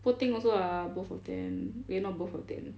poor thing also lah both of them eh not both of them